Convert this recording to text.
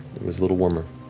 was a little warmer.